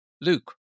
Luke